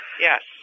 Yes